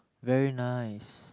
very nice